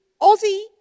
Aussie